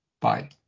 bye